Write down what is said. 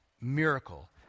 miracle